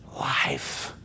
Life